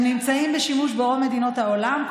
נמצאים בשימוש ברוב מדינות העולם,